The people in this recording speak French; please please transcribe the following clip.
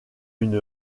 une